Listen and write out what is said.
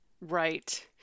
Right